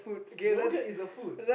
yogurt is a food